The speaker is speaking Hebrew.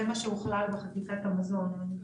זה מה שהוכלל בחקיקת המזון.